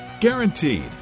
Guaranteed